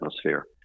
atmosphere